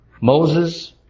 Moses